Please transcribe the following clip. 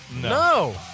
No